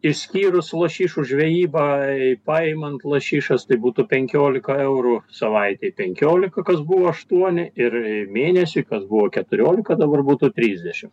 išskyrus lašišų žvejybą paimant lašišas tai būtų penkiolika eurų savaitei penkiolika kas buvo aštuoni ir mėnesiui kas buvo keturiolika dabar būtų trisdešim